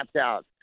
out